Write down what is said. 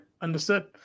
understood